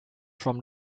from